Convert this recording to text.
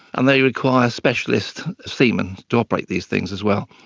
and they require specialist seamen to operate these things as well.